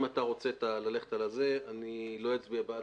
אם אתה רוצה ללכת על זה אני לא אצביע בעד.